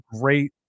great